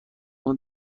اون